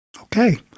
Okay